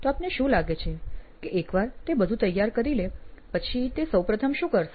તો આપને શું લાગે છે કે એકવાર તે બધું તૈયાર કરી લે પછી તે સૌપ્રથમ શું કરશે